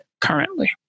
currently